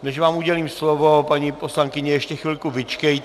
Než vám udělím slovo, paní poslankyně, ještě chvilku vyčkejte.